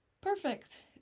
perfect